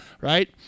right